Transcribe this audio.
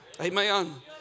Amen